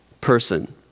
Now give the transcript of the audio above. person